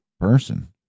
person